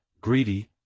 greedy